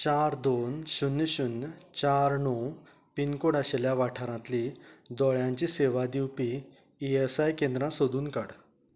चार दोन शुन्य शुन्य चार णव पिनकोड आशिल्ल्या वाठारांतलीं दोळ्यांची सेवा दिवपी ई एस आय केंद्रां सोदून काड